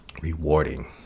rewarding